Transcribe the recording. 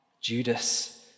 Judas